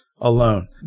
alone